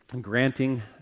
granting